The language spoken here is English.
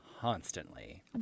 constantly